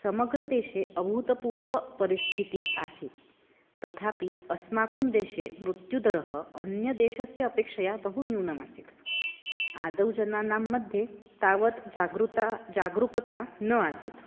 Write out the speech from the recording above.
समग्रदेशे अभूतपूर्वपरिस्थितिः आसीत् तथापि अस्माकं देशे मृत्युदरः अन्यदेशस्य अपेक्षया बहु न्यूनमासीत् आदौ जनानां मध्ये तावत् जागरूकता जागरूकता न आसीत्